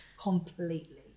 completely